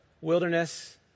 wilderness